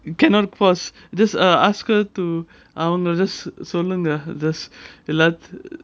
you cannot pause just err I ask her to I don't know just இல்ல:illa just